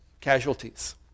casualties